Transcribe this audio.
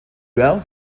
well